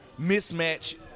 mismatch